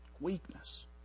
Weakness